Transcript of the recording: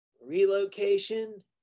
relocation